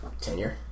Tenure